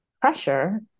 pressure